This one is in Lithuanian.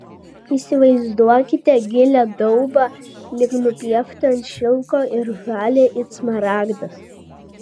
įsivaizduokite gilią daubą lyg nupieštą ant šilko ir žalią it smaragdas